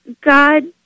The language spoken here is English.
God